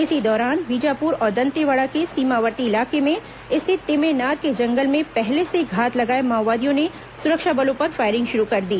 इसी दौरान बीजापुर और दंतेवाड़ा के सीमावर्ती इलाके में स्थित तिमेनार के जंगल में पहले से घात लगाए माओवादियों ने सुरक्षा बलों पर फायरिंग शुरू कर दी